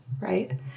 right